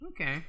Okay